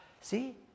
See